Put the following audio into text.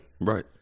Right